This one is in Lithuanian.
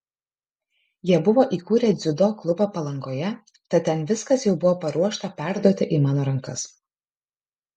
jie buvo įkūrę dziudo klubą palangoje tad ten viskas jau buvo paruošta perduoti į mano rankas